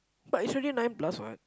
but it's already nine plus what